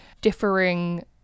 differing